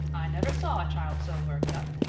i never saw a child so worked up.